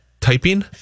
typing